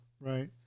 right